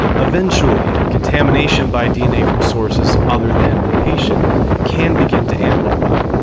eventually, contamination by dna from sources other than the patient can begin to amplify,